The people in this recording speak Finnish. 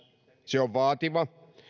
se on vaativa